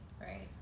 Right